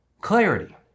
clarity